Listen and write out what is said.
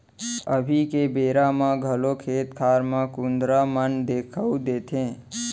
अभी के बेरा म घलौ खेत खार म कुंदरा मन देखाउ देथे